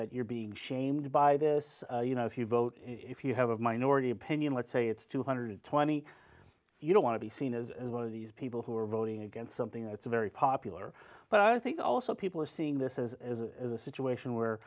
that you're being shamed by this you know if you vote if you have a minority opinion let's say it's two hundred and twenty you don't want to be seen as one of these people who are voting against something that's very popular but i think also people are seeing this as a situation where